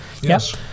Yes